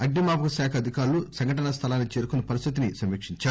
అగ్నిమాపక శాఖ అధికారులు సంఘటన స్థలానికి చేరుకొని పరిస్థితిని సమీక్షించారు